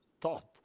thought